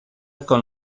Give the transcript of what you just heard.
con